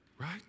Right